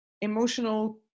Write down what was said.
emotional